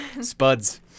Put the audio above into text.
Spuds